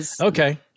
Okay